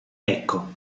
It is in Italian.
ecco